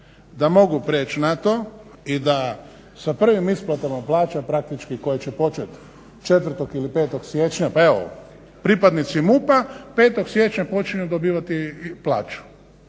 da mogu preći na to i da sa prvim isplatama plaćama praktički koje će počet 4. ili 5. siječnja pa evo pripadnici MUP-a 5. siječnja počinju dobivati plaću.